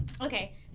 Okay